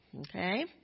okay